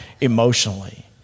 emotionally